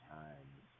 times